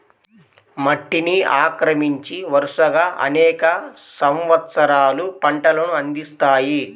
మట్టిని ఆక్రమించి, వరుసగా అనేక సంవత్సరాలు పంటలను అందిస్తాయి